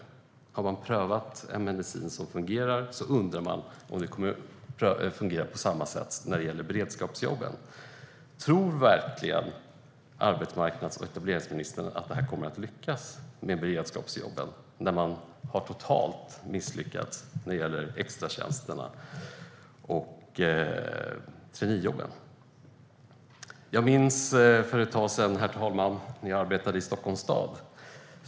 Har man prövat en medicin som fungerar undrar man om beredskapsjobben kommer att fungera på samma sätt. Tror verkligen arbetsmarknads och etableringsministern att man kommer att lyckas med beredskapsjobben när man har misslyckats totalt när det gäller extratjänsterna och traineejobben? Jag minns, herr talman, när jag för ett tag sedan arbetade för Stockholms stad.